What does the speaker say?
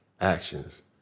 actions